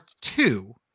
two